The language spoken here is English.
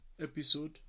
episode